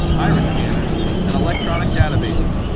iris scanners and electronic databases,